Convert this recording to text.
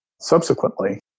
subsequently